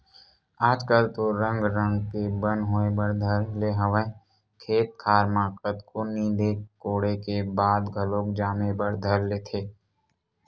आजकल तो रंग रंग के बन होय बर धर ले हवय खेत खार म कतको नींदे कोड़े के बाद घलोक जामे बर धर लेथे